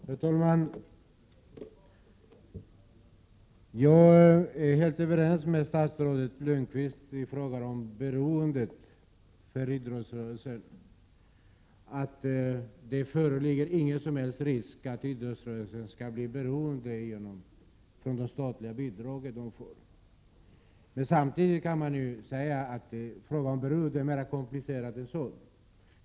Herr talman! Jag är helt överens med statsrådet Lönnqvist om att det inte föreligger någon risk för att idrottsrörelsen skall bli beroende på grund av de statliga bidrag den får. Samtidigt kan man säga att frågan om beroendet är mer komplicerad än så.